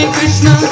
Krishna